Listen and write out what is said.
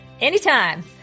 Anytime